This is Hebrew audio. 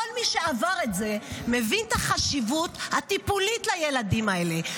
כל מי שעבר את זה מבין את החשיבות הטיפולית לילדים האלה.